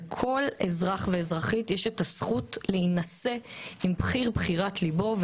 לכל אזרח ואזרחית יש את הזכות להינשא עם בחיר-בחירת ליבו,